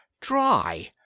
dry